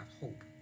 hope